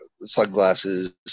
sunglasses